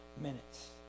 minutes